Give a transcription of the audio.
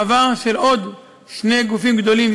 מעבר של עוד שני גופים גדולים,